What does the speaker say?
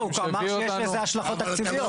לא, הוא גם אמר שיש לזה השלכות תקציביות.